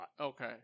Okay